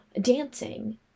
dancing